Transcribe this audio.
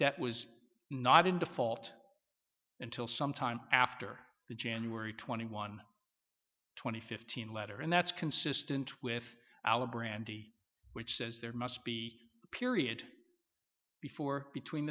debt was not in default until some time after the january twenty one twenty fifteen letter and that's consistent with alibrandi which says there must be period before between